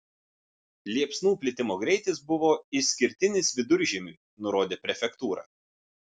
liepsnų plitimo greitis buvo išskirtinis viduržiemiui nurodė prefektūra